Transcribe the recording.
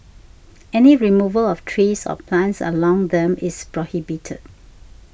any removal of trees or plants along them is prohibited